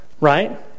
Right